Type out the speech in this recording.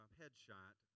headshot